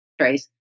Trace